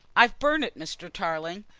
i've burnt it, mr. tarling.